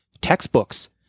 textbooks